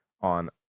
on